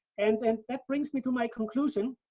and and that brings me to my conclusion.